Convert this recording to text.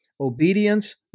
Obedience